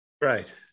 Right